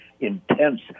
Intense